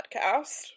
podcast